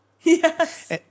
Yes